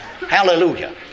Hallelujah